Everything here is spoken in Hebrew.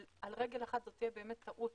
אבל על רגל אחת זאת באמת תהיה טעות